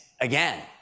again